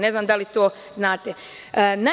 Ne znam da li to znate.